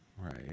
Right